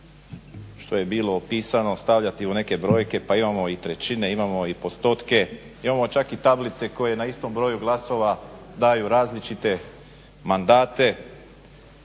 što je bilo opisano stavljati u neke brojke pa imamo i trećine, imamo i postotke, imamo čak i tablice koje na istom broju glasova daju različite mandate